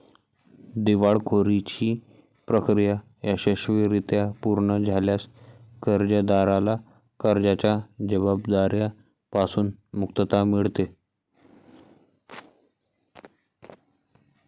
दिवाळखोरीची प्रक्रिया यशस्वीरित्या पूर्ण झाल्यास कर्जदाराला कर्जाच्या जबाबदार्या पासून मुक्तता मिळते